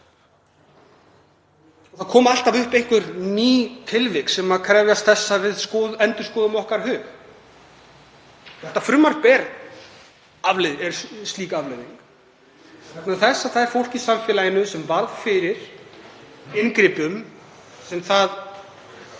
Það koma alltaf upp einhver ný tilvik sem krefjast þess að við endurskoðum hug okkar. Þetta frumvarp er slík afleiðing vegna þess að það er fólk í samfélaginu sem varð fyrir inngripum sem það